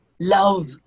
love